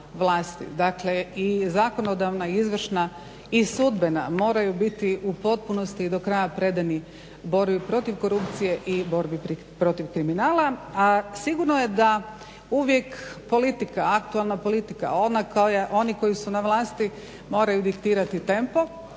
dakle i zakonodavna i izvršna i sudbena moraju biti u potpunosti i do kraja predani borbi protiv korupcije i borbi protiv kriminala, a sigurno da je uvijek aktualna politika oni koji su na vlasti moraju diktirati tempo